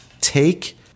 take